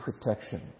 protection